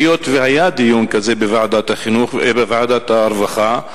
היות שהיה דיון כזה בוועדת הרווחה,